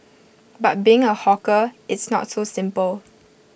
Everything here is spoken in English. but being A hawker it's not so simple